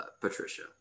Patricia